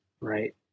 right